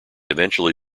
eventually